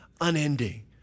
unending